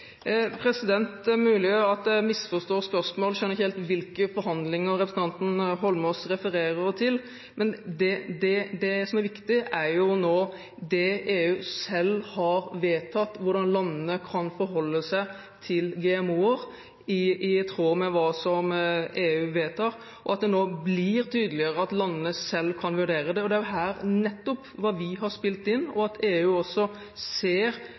Det er mulig at jeg misforstår spørsmålet. Jeg skjønner ikke helt hvilke forhandlinger representanten Eidsvoll Holmås refererer til. Det som er viktig, er det EU nå selv har vedtatt, hvordan landene kan forholde seg til GMO-er, i tråd med det EU vedtar – at det nå blir tydeligere at landene selv kan vurdere det. Det er nettopp hva vi har spilt inn, og at EU også ser